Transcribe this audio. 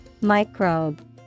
Microbe